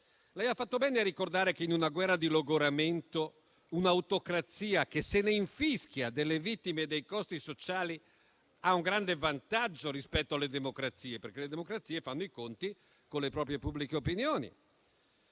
Ha fatto bene a ricordare che, in una guerra di logoramento, un'autocrazia, che se ne infischia delle vittime e dei costi sociali, ha un grande vantaggio rispetto alle democrazie, perché le democrazie fanno i conti con le proprie pubbliche opinioni.